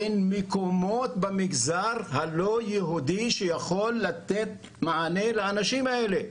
אין מקומות במגזר הלא יהודי שיכולים לתת מענה לאנשים האלה.